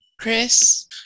Chris